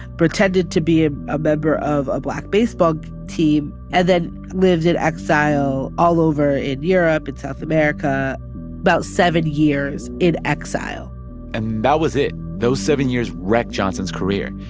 pretended to be ah a member of a black baseball team and then lived in exile all over in europe and south america about seven years in exile and that was it. those seven years wrecked johnson's career.